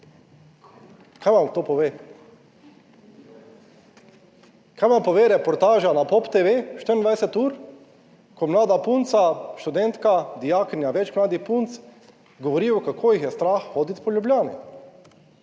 Kaj vam to pove? Kaj vam pove reportaža na POP TV, 24 ur, ko mlada punca, študentka, dijakinja, več mladih punc govorijo, kako jih je strah hoditi po Ljubljani?